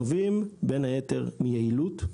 נובעים בין היתר מיעילות,